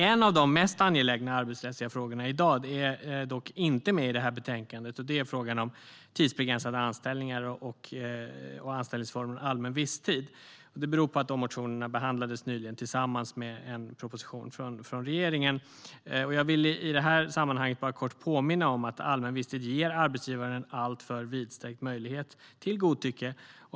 En av de mest angelägna arbetsrättsliga frågorna i dag är dock inte med i det här betänkandet, nämligen frågan om tidsbegränsade anställningar och anställningsformen allmän visstid. Det beror på att de motionerna nyligen behandlades tillsammans med en proposition från regeringen. Jag vill i det här sammanhanget kort påminna om att allmän visstid ger arbetsgivaren en alltför vidsträckt möjlighet till godtycke.